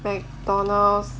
mcdonald's